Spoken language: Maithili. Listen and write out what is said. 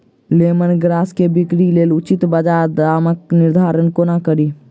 लेमन ग्रास केँ बिक्रीक लेल उचित बजार आ दामक निर्धारण कोना कड़ी?